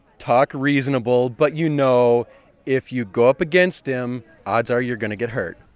talk reasonable, but you know if you go up against him, odds are you're going to get hurt